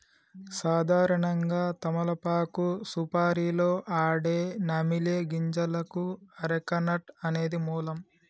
సాధారణంగా తమలపాకు సుపారీలో ఆడే నమిలే గింజలకు అరెక నట్ అనేది మూలం